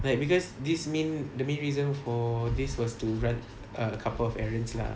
like because this main the main reason for this was to run a couple of errands lah